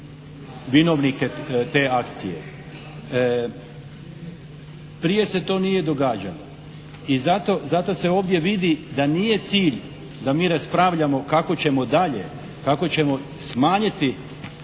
vinovnike te akcije. Prije se to nije događalo. I zato se ovdje vidi da nije cilj da mi raspravljamo kako ćemo dalje, kako ćemo smanjiti